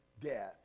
death